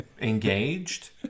engaged